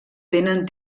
tenen